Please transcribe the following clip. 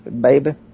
Baby